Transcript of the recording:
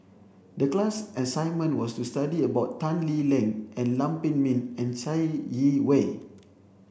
the class assignment was to study about Tan Lee Leng and Lam Pin Min and Chai Yee Wei